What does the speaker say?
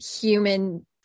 human